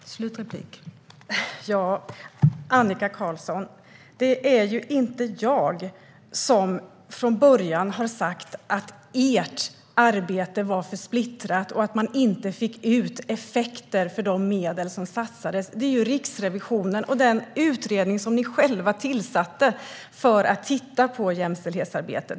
Fru talman! Annika Qarlsson! Det är inte jag som från början har sagt att ert arbete var för splittrat och att ni inte fick ut effekter för de resurser som satsades, utan det var Riksrevisionen och den utredning som ni själva tillsatte och som skulle titta på jämställdhetsarbetet.